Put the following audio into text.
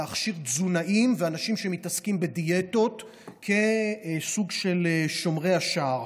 להכשיר תזונאים ואנשים שמתעסקים בדיאטות כסוג של שומרי השער.